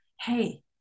hey